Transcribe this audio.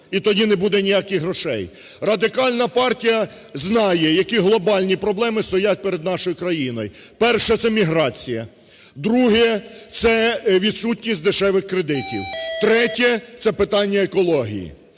і тоді не буде ніяких грошей. Радикальна партія знає, які глобальні проблеми стоять перед нашою країною. Перше – це міграція. Друге – це відсутність дешевих кредитів. Третє – це питання екології.